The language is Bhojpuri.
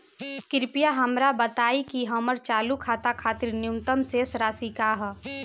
कृपया हमरा बताइं कि हमर चालू खाता खातिर न्यूनतम शेष राशि का ह